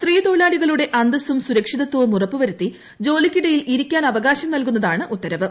സ്ത്രീതൊഴിലാളികളുടെ അന്തസ്സും സുരക്ഷിതത്വവും ഉറപ്പുവരുത്തി ജോലിക്കിടയിൽ ഇരിക്കാൻ അവകാശം നൽകുന്നതാണ് ഉത്തരവ്